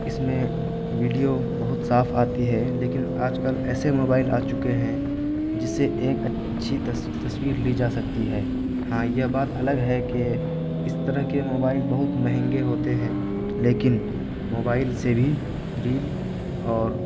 اس میں ویڈیو بہت صاف آتی ہے لیکن آج کل ایسے موبائل آ چکے ہیں جس سے ایک اچھی تصویر لی جا سکتی ہے ہاں یہ بات الگ ہے کہ اس طرح کے موبائل بہت مہنگے ہوتے ہیں لیکن موبائل سے بھی ریل اور